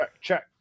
check